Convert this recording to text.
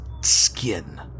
skin